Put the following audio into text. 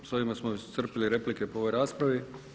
S ovime smo iscrpili replike po ovoj raspravi.